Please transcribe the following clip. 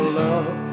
love